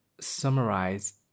summarize